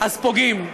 אז פוגעים.